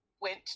went